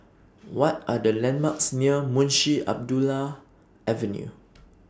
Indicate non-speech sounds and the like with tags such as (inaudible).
(noise) What Are The landmarks near Munshi Abdullah Avenue (noise)